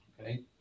Okay